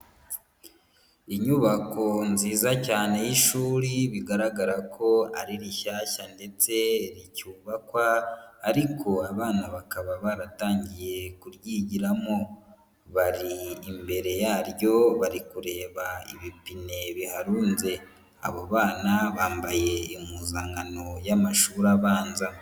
Inyubako nziza cyane y'ishuri bigaragara ko ari rishyashya ndetse ricyubakwa, ariko abana bakaba baratangiye kuryigiramo, bari imbere yaryo bari kureba ibipine biharunze, abo bana bambaye impuzankano y'amashuri abanza.